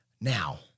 Now